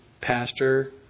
pastor